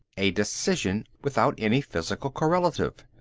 a decision without any physical correlative.